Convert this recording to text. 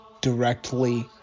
directly